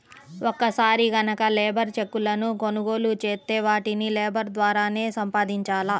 ఒక్కసారి గనక లేబర్ చెక్కులను కొనుగోలు చేత్తే వాటిని లేబర్ ద్వారానే సంపాదించాల